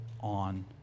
on